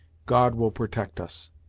god will protect us.